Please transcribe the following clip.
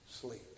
sleep